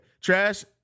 trash